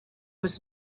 was